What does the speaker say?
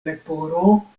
leporo